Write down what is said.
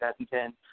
2010